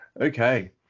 Okay